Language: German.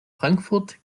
frankfurt